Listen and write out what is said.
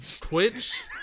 Twitch